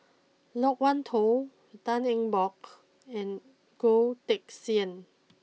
Loke Wan Tho Tan Eng Bock and Goh Teck Sian